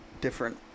different